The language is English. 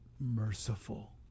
merciful